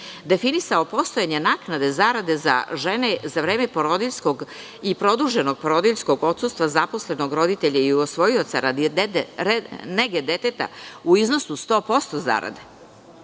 definisao postojanje naknade za zarade za žene za vreme porodiljskog i produženog porodiljskog odsustva zaposlenog roditelja i usvojioca radi nege deteta u iznosu 100% zarade.